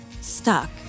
Stuck